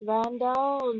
randall